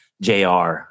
JR